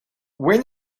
when